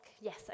Yes